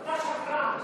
אתה שקרן.